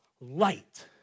Light